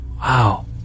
Wow